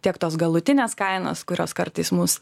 tiek tos galutinės kainos kurios kartais mus